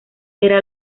era